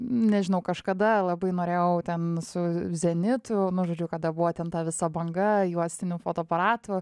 nežinau kažkada labai norėjau ten su zenitu nu žodžiu kada buvo ten ta visa banga juostinių fotoaparatų